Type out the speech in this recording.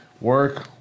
work